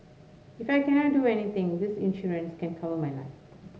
if I cannot do anything this insurance can cover my life